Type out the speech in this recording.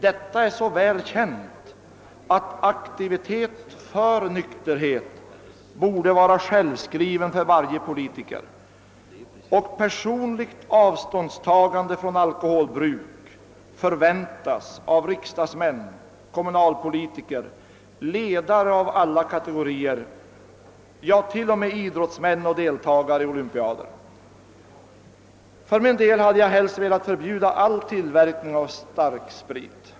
Detta är så väl känt att aktivitet för nykterhet borde vara självskriven för varje politiker, och personligt avståndstagande från alkoholbruk förväntas av riksdagsmän, kommunalpolitiker, ledare av alla kategorier, ja, t.o.m. av idrottsmän och deltagare i olympiader. För min del hade jag helst velat förbjuda all tillverkning av starksprit.